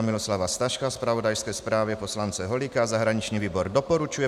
Miloslava Staška, zpravodajské zprávě poslance Holíka zahraniční výbor doporučuje